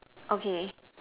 okay